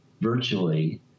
virtually –